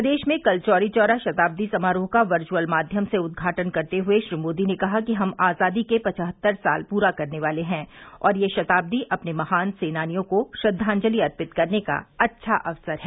प्रदेश में कल चौरी चौरा शताब्दी समारोह का वर्चअल माध्यम से उद्घाटन करते हुए श्री मोदी ने कहा कि हम आजादी के पचहत्तर साल पूरा करने वाले हैं और यह शताब्दी अपने महान सेनानियों को श्रद्धांजलि अर्पित करने का अच्छा अवसर है